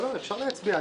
אפשר להצביע.